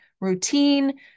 routine